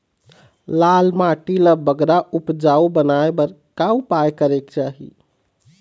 लाल माटी ला बगरा उपजाऊ बनाए बर का उपाय करेक चाही?